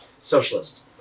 socialist